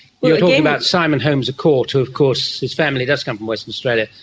about simon holmes a court who of course, his family does come from western australia.